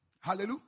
Hallelujah